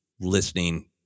listening